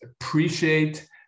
appreciate